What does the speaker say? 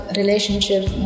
relationship